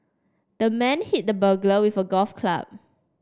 the man hit the burglar with a golf club